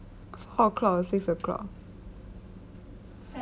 four o' clock or six o'clock